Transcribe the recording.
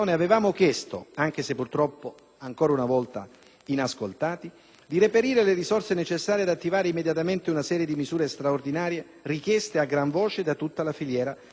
inascoltati - di reperire le risorse necessarie ad attivare immediatamente una serie di misure straordinarie, richieste a gran voce da tutta la filiera, per rilanciare e sostenere il settore agroalimentare.